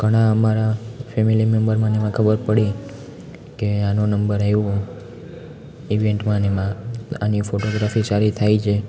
ઘણા અમારા ફેમેલી મેમ્બરમાંને એમાં ખબર પડી કે આનો નંબર આવ્યો ઇવેંટમાંને એમાં તો આની ફોટોગ્રાફી સારી થાય છે